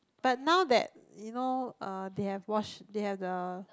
but now that you know uh they have wash they have the